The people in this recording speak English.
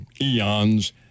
eons